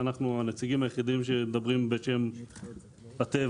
אנחנו הנציגים היחידים שמדברים בשם הטבע,